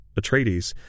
Atreides